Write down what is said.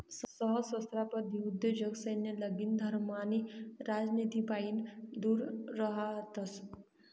सहस्त्राब्दी उद्योजक सैन्य, लगीन, धर्म आणि राजनितीपाईन दूर रहातस